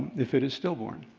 if it is still born.